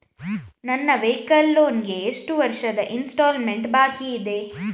ನನ್ನ vehicle loan ಗೆ ಎಷ್ಟು ವರ್ಷದ ಇನ್ಸ್ಟಾಲ್ಮೆಂಟ್ ಬಾಕಿ ಇದೆ?